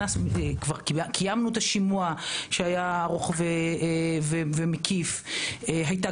קיימנו את השימוע שהיה ארוך ומקיף והייתה